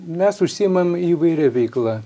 mes užsiimam įvairia veikla